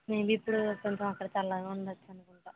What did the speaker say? maybe ఇప్పుడు కొంచెం అక్కడ చల్లగా ఉండవచ్చనుకుంటా